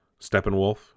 Steppenwolf